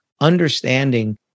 understanding